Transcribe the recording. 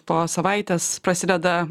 po savaitės prasideda